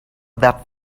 that